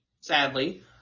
sadly